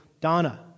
Donna